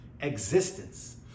existence